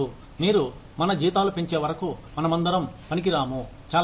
మీరు మన జీతాలు పెంచే వరకు మనమందరం పనికి రాము చాలా ఎక్కువ